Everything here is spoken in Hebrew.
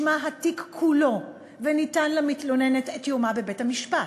לאחר מכן נשמע התיק כולו וניתן למתלוננת יומה בבית-המשפט.